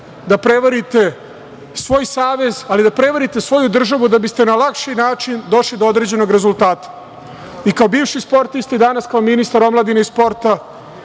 da prevarite svoj Savez, ali i da prevarite svoju državu da biste na lakši način došli do određenog rezultata. Kao bivši sportista i danas kao ministar omladine i sporta